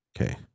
Okay